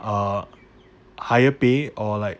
uh higher pay or like